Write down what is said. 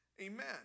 Amen